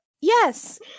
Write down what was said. Yes